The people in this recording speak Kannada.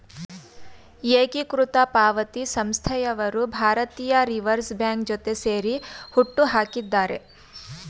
ಏಕೀಕೃತ ಪಾವತಿ ಸಂಸ್ಥೆಯವರು ಭಾರತೀಯ ರಿವರ್ಸ್ ಬ್ಯಾಂಕ್ ಜೊತೆ ಸೇರಿ ಹುಟ್ಟುಹಾಕಿದ್ದಾರೆ